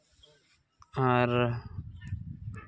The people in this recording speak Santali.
ᱟᱨ